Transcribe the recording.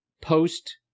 post